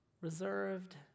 reserved